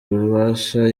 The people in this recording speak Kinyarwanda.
ububasha